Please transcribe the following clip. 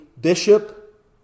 bishop